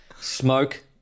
smoke